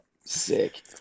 Sick